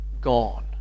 gone